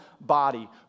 body